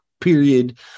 period